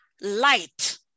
light